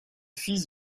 fils